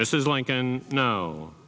mrs lincoln no